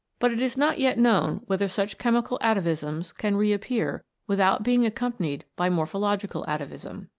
but it is not yet known whether such chemical atavisms can reappear without being accompanied by morphological atavism.